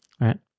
Right